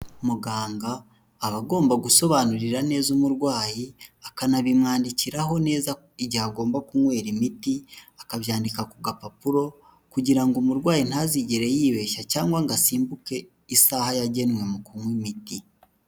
Muganga aba agomba gusobanurira neza umurwayi, akanabimwandikiraho neza igihe agomba kunywera imiti akabyandika ku gapapuro, kugira ngo umurwayi ntazigere yibeshya cyangwa ngo asimbuke isaha yagenwe mu kunywa imiti.